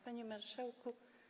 Panie Marszałku!